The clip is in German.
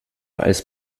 als